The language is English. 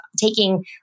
taking